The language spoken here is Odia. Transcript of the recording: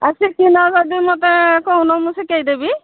ଆଉ ଶିଖିନ ଯଦି ମୋତେ କହୁନ ମୁଁ ଶିଖେଇଦେବି